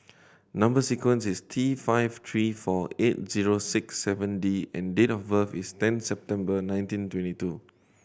number sequence is T five three four eight zero six seven D and date of birth is ten September nineteen twenty two